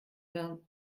vingt